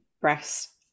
breast